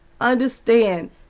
Understand